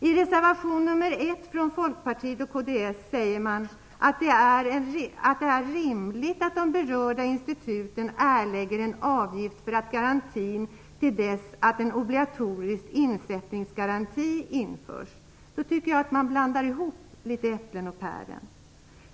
I reservation nr 1 från Folkpartiet och kds säger man: "Det är rimligt att de berörda instituten erlägger en avgift för garantin till dess att en obligatorisk insättningsgaranti införs." Det tycker jag är att litet grand blanda ihop äpplen och päron.